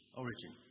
origin